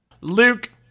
Luke